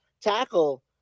tackle